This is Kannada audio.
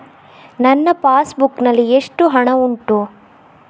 ನನ್ನ ಪಾಸ್ ಬುಕ್ ನಲ್ಲಿ ಎಷ್ಟು ಹಣ ಉಂಟು?